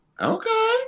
Okay